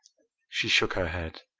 she shook her head.